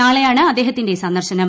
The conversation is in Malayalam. നാളെയാണ് അദ്ദേഹത്തിന്റെ സന്ദർശനം